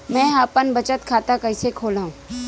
मेंहा अपन बचत खाता कइसे खोलव?